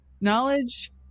Knowledge